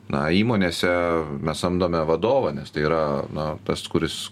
na įmonėse mes samdome vadovą nes tai yra na tas kuris